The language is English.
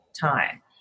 time